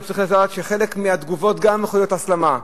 גם צריך לדעת שחלק מהתגובות גם יכולות להיות הסלמה.